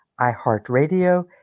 iHeartRadio